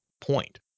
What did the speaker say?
point